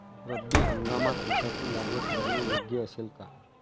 रब्बी हंगामात ऊसाची लागवड करणे योग्य असेल का?